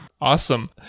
Awesome